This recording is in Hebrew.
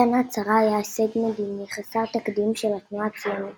מתן ההצהרה היה הישג מדיני חסר תקדים של התנועה הציונית